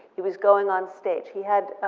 he was going on stage. he had